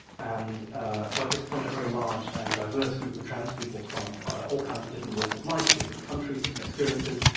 and by this point, a very large and diverse group of trans people from all kinds of different walks of life, different countries, different experiences,